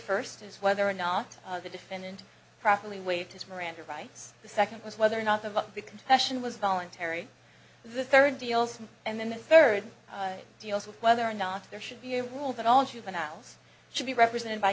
first is whether or not the defendant properly waived his miranda rights the second was whether or not of the confession was voluntary the third deals and then the third deals with whether or not there should be a rule that all juveniles should be represented by